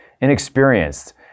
inexperienced